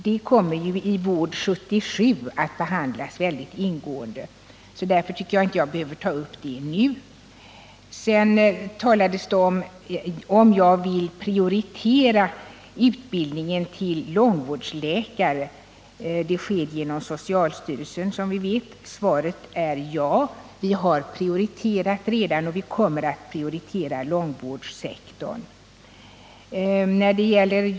Den frågan kommer att behandlas mycket ingående i regeringens proposition med anledning av förslagen i Vård 77. Därför tycker jag inte att jag behöver ta upp den nu. Det har vidare frågats om jag vill prioritera utbildningen av långvårdsläkare. Svaret på den frågan är ja. Vi har redan prioriterat långvårdssektorn, och vi kommer att göra det även i fortsättningen.